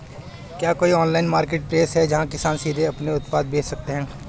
क्या कोई online marketplace है जहाँ किसान सीधे अपने उत्पाद बेच सकते हैं?